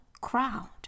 crowd